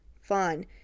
fun